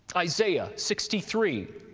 isaiah sixty three,